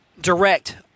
direct